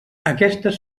aquestes